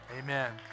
Amen